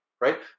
right